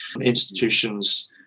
institutions